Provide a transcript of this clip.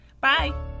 Bye